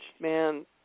man